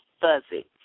fuzzy